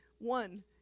One